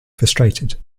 frustrated